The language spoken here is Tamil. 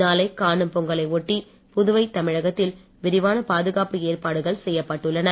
நாளை காணும் பொங்கலை ஒட்டி புதுவை தமிழகத்தில் விரிவான பாதுகாப்பு ஏற்பாடுகள் செய்யப்பட்டுள்ளன